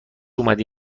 اومدی